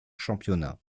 championnat